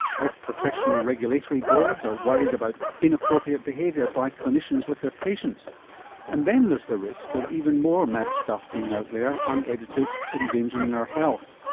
health professional regulatory boards are worried about inappropriate behaviour by clinicians with their patients and then there's the risk of even more mad stuff being out there unedited, endangering our health.